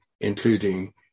including